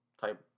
type